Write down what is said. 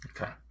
Okay